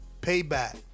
Payback